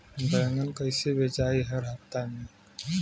बैगन कईसे बेचाई हर हफ्ता में?